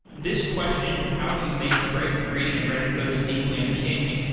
this question, how do you make the break from reading and writing codes to deeply understanding it?